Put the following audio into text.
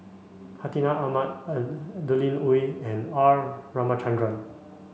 Hartinah Ahmad Adeline Ooi and R Ramachandran